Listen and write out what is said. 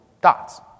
dots